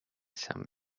some